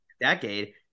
decade